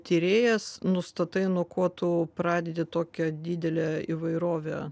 tyrėjas nustatai nuo ko tu pradedi tokią didelę įvairovę